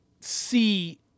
see